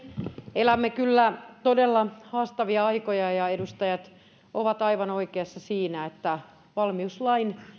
elämme kyllä todella haastavia aikoja ja edustajat ovat aivan oikeassa siinä että valmiuslain